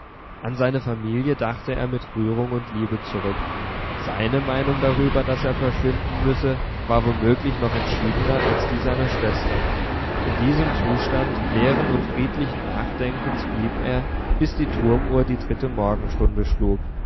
an seine familie dachte er mit rührung und liebe zurück seine meinung darüber daß er verschwinden müsse war womöglich noch entschiedener als die seiner schwester in diesem zustand leeren und friedlichen nachdenkens blieb er bis die turmuhr die dritte morgenstunde schlug